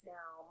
Now